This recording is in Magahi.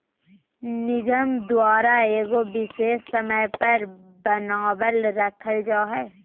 निगम द्वारा एगो विशेष समय पर बनाल रखल जा हइ